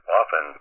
often